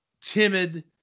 timid